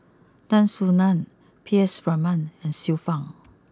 Tan Soo Nan P S Raman and Xiu Fang